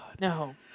No